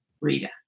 Rita